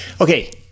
Okay